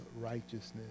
righteousness